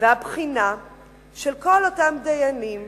והבחינה של כל אותם דיינים